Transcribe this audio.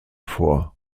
vor